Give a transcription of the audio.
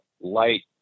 light